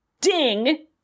Ding